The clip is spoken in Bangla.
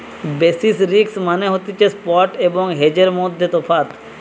বেসিস রিস্ক মানে হতিছে স্পট এবং হেজের মধ্যে তফাৎ